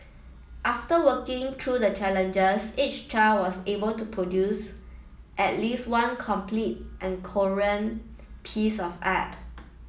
after working through the challenges each child was able to produce at least one complete and coherent piece of art